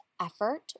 effort